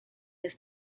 his